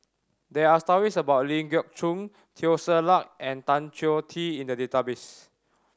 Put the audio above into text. there are stories about Ling Geok Choon Teo Ser Luck and Tan Choh Tee in the database